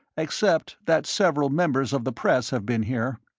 except that several members of the press have been here.